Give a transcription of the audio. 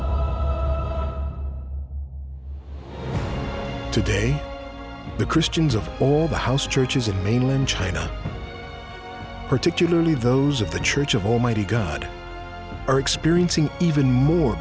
today the christians of all the house churches and mainland china particularly those of the church of almighty god are experiencing even more